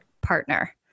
partner